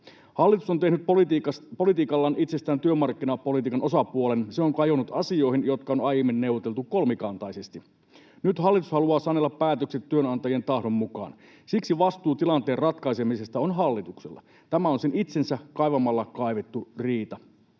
Hallitus on tehnyt politiikallaan itsestään työmarkkinapolitiikan osapuolen. Se on kajonnut asioihin, jotka on aiemmin neuvoteltu kolmikantaisesti. Nyt hallitus haluaa sanella päätökset työnantajien tahdon mukaan. Siksi vastuu tilanteen ratkaisemisesta on hallituksella. Tämä on sen itsensä kaivamalla kaivama riita.